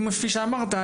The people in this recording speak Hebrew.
כפי שאמרת,